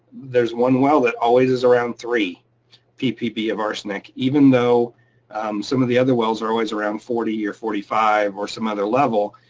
there's one well that always is around three ppb of arsenic even though some of the other wells are always around forty or forty five or some other level,